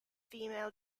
female